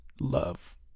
love